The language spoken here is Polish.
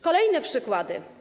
Kolejne przykłady.